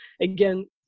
Again